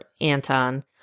Anton